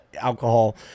Alcohol